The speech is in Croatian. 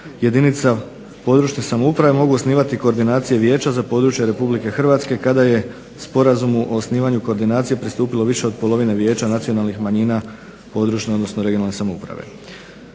jedinica područne samouprave mogu osnivati koordinacije vijeća za područje RH kada je sporazumu o osnivanju koordinacije pristupilo više od polovine vijeća nacionalnih manjina područne, odnosno regionalne samouprave.